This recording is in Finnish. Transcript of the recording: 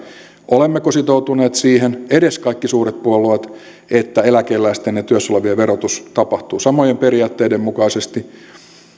olemmeko sitoutuneet siihen edes kaikki suuret puolueet että eläkeläisten ja työssä olevien verotus tapahtuu samojen periaatteiden mukaisesti